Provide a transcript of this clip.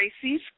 Tracy's